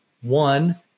One